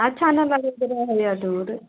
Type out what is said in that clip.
अच्छा नहि लगैत रहैए दूध